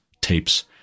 tapes